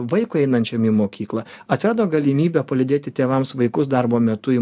vaikui einančiam į mokyklą atsirado galimybė palydėti tėvams vaikus darbo metu į